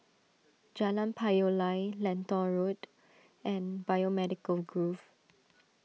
Jalan Payoh Lai Lentor Road and Biomedical Grove